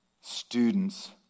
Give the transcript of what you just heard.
students